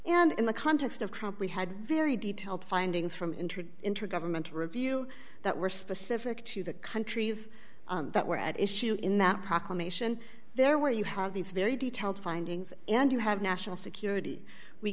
and in the context of trump we had very detailed findings from intrade intergovernmental review that were specific to the countries that were at issue in that proclamation there where you have these very detailed findings and you have national security we